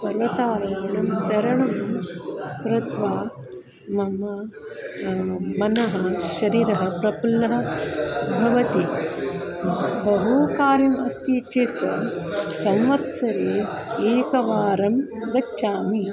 पर्वतारोहणं तरणं कृत्वा मम मनः शरीरः प्रपुल्लः भवति बहु कार्यम् अस्ति चेत् संवत्सरे एकवारं गच्छामि